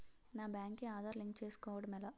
నా బ్యాంక్ కి ఆధార్ లింక్ చేసుకోవడం ఎలా?